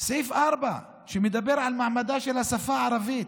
סעיף 4 מדבר על מעמדה של השפה הערבית.